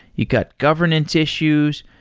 you've got governance issues.